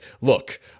look